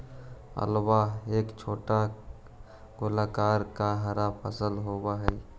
आंवला एक छोटा गोलाकार का हरा फल होवअ हई